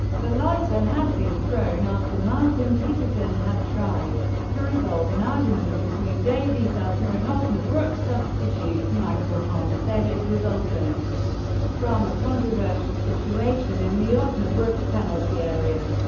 the lighter had been thrown after martin peterson had tried to resolve an argument between davie selke ah and osnabruck substitute michael hohnstedt, resulting from a controversial situation in the osnabruck penalty area.